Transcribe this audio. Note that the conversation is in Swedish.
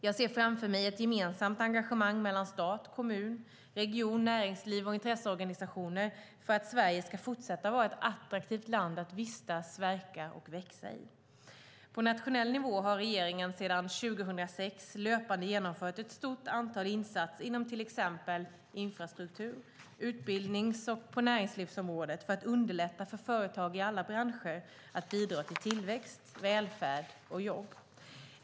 Jag ser framför mig ett gemensamt engagemang mellan stat, kommun, region, näringsliv och intresseorganisationer för att Sverige ska fortsätta att vara ett attraktivt land att vistas, verka och växa i. På nationell nivå har regeringen sedan 2006 löpande genomfört ett stort antal insatser inom till exempel infrastruktur-, utbildnings och näringslivsområdet för att underlätta för företag i alla branscher att bidra till tillväxt, välfärd och jobb.